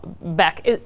back